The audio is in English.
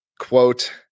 quote